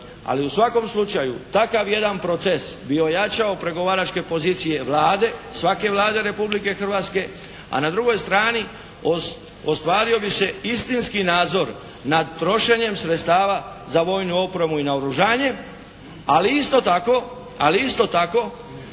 ali u svakom slučaju takav jedan proces bi ojačao pregovaračke pozicije Vlade, svake Vlade Republike Hrvatske, a na drugoj strani ostvario bi se istinski nadzor nad trošenjem sredstava za vojnu opremu i naoružanje, ali isto tako